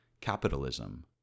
capitalism